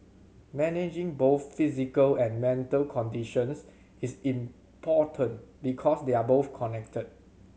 managing both physical and mental conditions is important because they are both connected